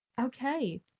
Okay